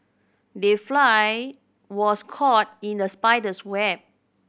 the fly was caught in the spider's web